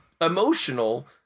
emotional